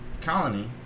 colony